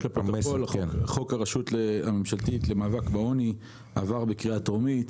רק לפרוטוקול: חוק הרשות הממשלתית למאבק בעוני עבר בקריאה טרומית.